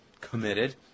committed